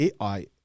AI